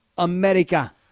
America